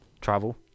Travel